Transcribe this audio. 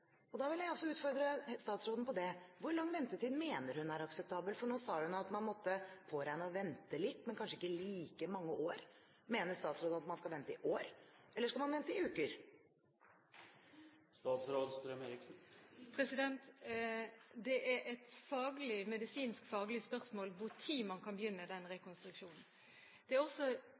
Da vil jeg utfordre statsråden på det: Hvor lang ventetid mener hun er akseptabel, for nå sa hun at man måtte påregne å vente litt, men kanskje ikke i like mange år? Mener statsråden at man skal vente i år, eller skal man vente i uker? Det er et medisinskfaglig spørsmål når man kan begynne med rekonstruksjonen. Det er også